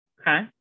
Okay